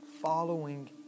following